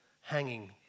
hanging